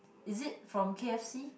is it from k_f_c